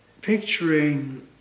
picturing